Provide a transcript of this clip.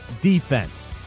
Defense